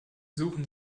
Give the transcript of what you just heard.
suchen